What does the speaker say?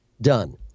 done